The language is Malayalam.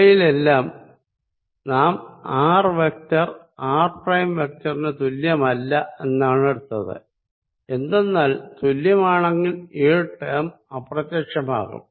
ഇവയിലെല്ലാം നാം ആർ വെക്ടർ ആർ പ്രൈം വെക്ടറിന് തുല്യമല്ല എന്നാണെടുത്തത് എന്തെന്നാൽ തുല്യമാണെങ്കിൽ ഈ ടേം അപ്രത്യക്ഷമാകും